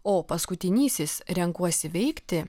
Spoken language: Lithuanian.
o paskutinysis renkuosi veikti